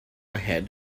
ahead